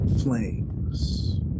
flames